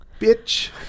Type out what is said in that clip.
bitch